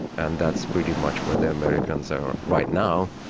and that's pretty much where the americans are right now,